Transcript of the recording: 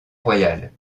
royale